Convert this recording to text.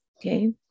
okay